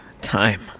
Time